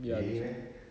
really meh